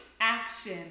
action